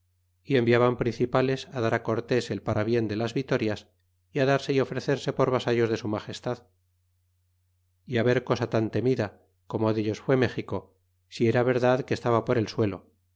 y enviaban principales dar cortés el parabien de las vitorias y darse y ofrecerse por vasallos de su magestad y ver cosa tan temida como dellos fué méxico si era verdad que estaba por el suelo